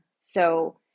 so-